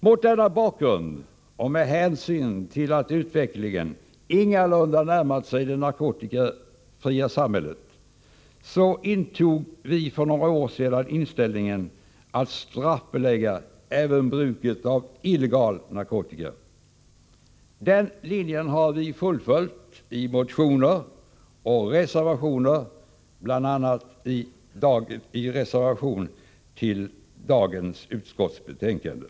Mot denna bakgrund, och med hänsyn till att utvecklingen ingalunda fört oss närmare det narkotikafria samhället, intog vi för några år sedan inställningen att även bruket av illegal narkotika bör straffbeläggas. Den linjen har vi fullföljt i motioner och reservationer, bl.a. i en reservation till dagens betänkande från justitieutskottet.